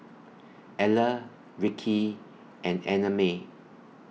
Eller Rickie and Annamae